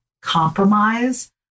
compromise